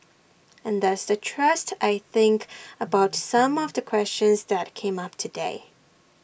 and that's the thrust I think about some of the questions that came up today